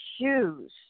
shoes